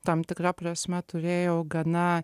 tam tikra prasme turėjau gana